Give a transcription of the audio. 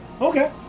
Okay